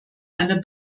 einer